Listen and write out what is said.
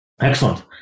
Excellent